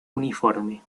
uniforme